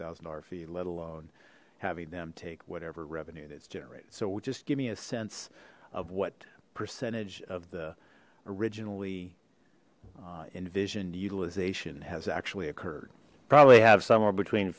thousand dollar fee let alone having them take whatever revenue that's generated so just give me a sense of what percentage of the originally envisioned utilization has actually occurred probably have somewhere between